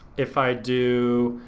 if i do